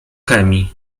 chemii